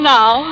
now